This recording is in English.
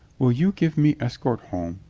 will you give me escort home?